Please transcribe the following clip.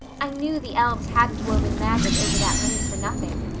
i knew the elves hadn't woven magic over that lane for nothing.